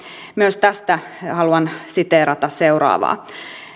myös tästä haluan siteerata seuraavaa